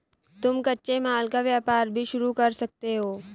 तुम कच्चे माल का व्यापार भी शुरू कर सकते हो